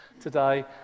today